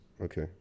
Okay